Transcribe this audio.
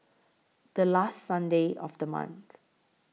The last Sunday of The month